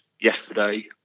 yesterday